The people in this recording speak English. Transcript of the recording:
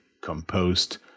composed